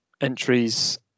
entries